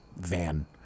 van